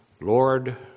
Lord